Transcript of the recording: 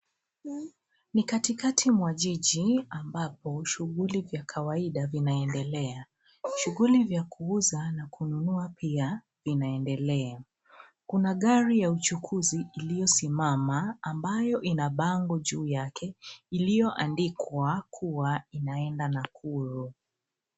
Ni katikati mwa jiji ambapo shughuli vya kawaida vinaendelea. Shughuli vya kuuza na kununua pia vinaendela. Kuna gari ya uchukuzi iliyosimama ambayo ina bango juu yake iliyoandikwa kuwa inaenda Nakuru.